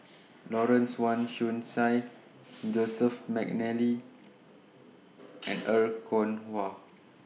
Lawrence Wong Shyun Tsai Joseph Mcnally and Er Kwong Wah